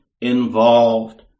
involved